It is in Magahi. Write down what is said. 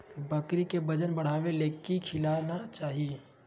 बकरी के वजन बढ़ावे ले की खिलाना चाही?